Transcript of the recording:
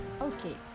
Okay